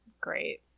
great